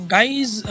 Guys